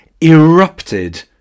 erupted